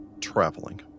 traveling